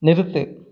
நிறுத்து